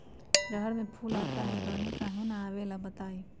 रहर मे फूल आता हैं दने काहे न आबेले बताई?